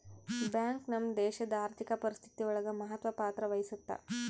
bank ನಮ್ ದೇಶಡ್ ಆರ್ಥಿಕ ಪರಿಸ್ಥಿತಿ ಒಳಗ ಮಹತ್ವ ಪತ್ರ ವಹಿಸುತ್ತಾ